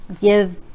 give